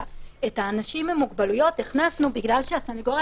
את האנשים עם מוגבלויות הכנסנו בגלל שהסנגוריה